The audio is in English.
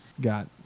got